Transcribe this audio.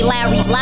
Larry